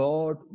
God